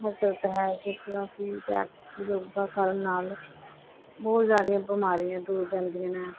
ਕਸਰਤ ਹੈ ਜਿਸ ਤਰ੍ਹਾਂ ਕਿ ਪੈ ਯੋਗਾ ਕਰਨ ਨਾਲ ਬਹੁਤ ਸਾਰੀਆਂ ਬਿਮਾਰੀਆਂ ਦੂਰ ਜਾਂਦੀਆਂ ਨੇ